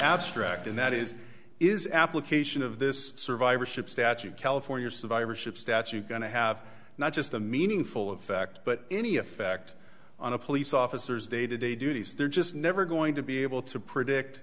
abstract and that is is application of this survivorship statute california survivorship statute going to have not just a meaningful effect but any effect on a police officers day to day duties they're just never going to be able to predict